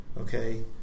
okay